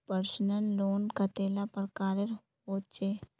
Personal loan कतेला प्रकारेर होचे?